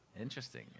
Interesting